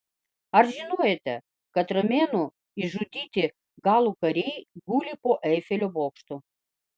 ar žinojote kad romėnų išžudyti galų kariai guli po eifelio bokštu